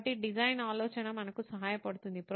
కాబట్టి డిజైన్ ఆలోచన మనకు సహాయపడుతుంది